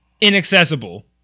inaccessible